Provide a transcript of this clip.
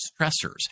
stressors